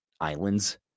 islands